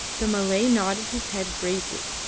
the malay nodded his head gravely,